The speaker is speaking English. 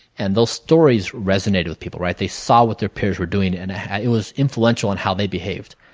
and those stories resonated with people, right? they saw what their peers were doing and it was influential in how they behaved.